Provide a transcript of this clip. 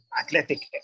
athletic